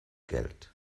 geld